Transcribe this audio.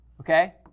okay